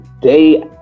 day